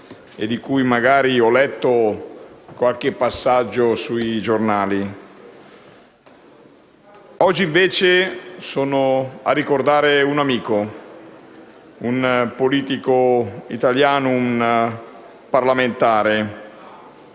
Oggi, invece, sono a ricordare un amico, un politico italiano, un parlamentare.